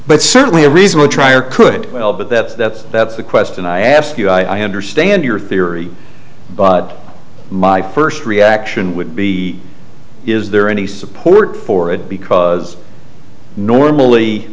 but certainly a reason to try her could well but that's that's that's the question i ask you i understand your theory but my first reaction would be is there any support for it because normally